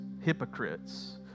hypocrites